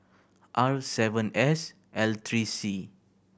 R seven S L three C